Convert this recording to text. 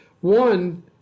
one